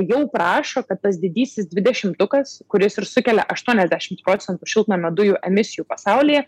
jau prašo kad tas didysis dvidešimtukas kuris ir sukelia aštuoniasdešimt procentų šiltnamio dujų emisijų pasaulyje